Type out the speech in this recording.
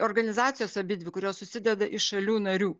organizacijos abidvi kurios susideda iš šalių narių